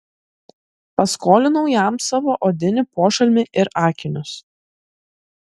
paskolinau jam savo odinį pošalmį ir akinius